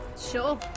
Sure